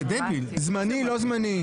זמני, לא זמני.